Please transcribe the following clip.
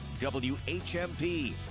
WHMP